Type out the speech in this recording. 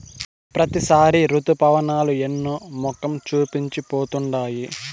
ప్రతిసారి రుతుపవనాలు ఎన్నో మొఖం చూపించి పోతుండాయి